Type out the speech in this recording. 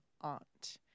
aunt